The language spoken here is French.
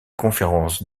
conférences